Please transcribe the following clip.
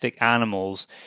animals